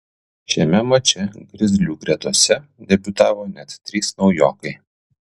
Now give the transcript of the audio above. šiame mače grizlių gretose debiutavo net trys naujokai